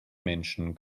menschen